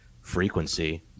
frequency